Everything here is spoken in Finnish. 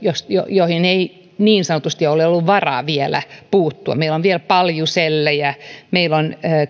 joihin ei niin sanotusti ole ollut varaa vielä puuttua meillä on vielä paljusellejä meillä on